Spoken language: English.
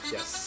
Yes